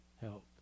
help